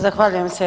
Zahvaljujem se.